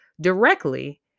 directly